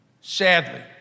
Sadly